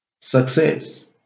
success